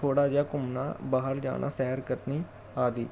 ਥੋੜ੍ਹਾ ਜਿਹਾ ਘੁੰਮਣਾ ਬਾਹਰ ਜਾਣਾ ਸੈਰ ਕਰਨੀ ਆਦਿ